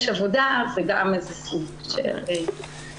עבודה זה גם איזה סוג של --- תודה,